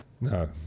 No